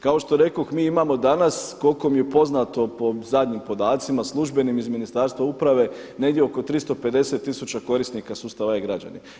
Kao što rekoh, mi imamo danas koliko mi je poznato po zadnjim podacima službenim iz Ministarstva uprave negdje oko 350000 korisnika sustava e-Građani.